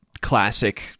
classic